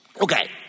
Okay